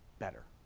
better.